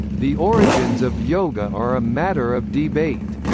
the origins of yoga are a matter of debate.